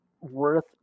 worth